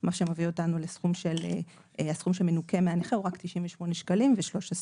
מה שמביא אותנו לסכום שמנוכה מהנכה הוא רק 98.13 שקלים.